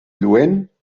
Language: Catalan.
lluent